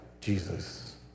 Jesus